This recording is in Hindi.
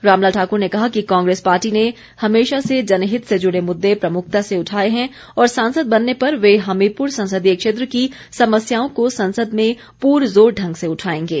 रामलाल ठाक्र ने कहा कि कांग्रेस पार्टी ने हमेशा से जनहित से जुड़े मुद्दे प्रमुखता से उठाए हैं और सांसद बनने पर वे हमीरपुर संसदीय क्षेत्र की समस्याओं को संसद में पुरज़ोर ढंग से उठाएंगे